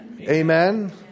Amen